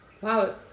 wow